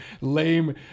lame